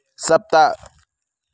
सप्त